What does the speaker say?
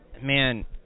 man